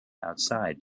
outside